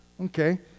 Okay